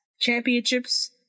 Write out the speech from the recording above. championships